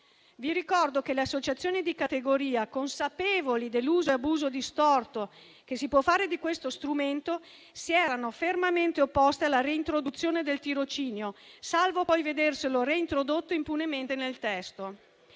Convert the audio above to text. Vi ricordo che le associazioni di categoria, consapevoli dell'uso e abuso distorto che si può fare di questo strumento, si erano fermamente opposte alla reintroduzione del tirocinio, salvo poi vederselo reintrodotto impunemente nel testo.